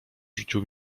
rzucił